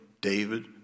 David